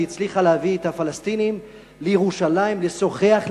שהצליחה להביא את הפלסטינים לירושלים לשוחח,